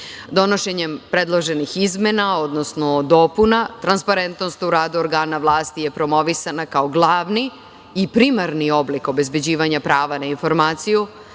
značaja. Donošenjem predloženih izmena, odnosno dopuna, transparentnost u radu organa vlasti je promovisana kao glavni i primarni oblik obezbeđivanja prava na informaciju